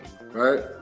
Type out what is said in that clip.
right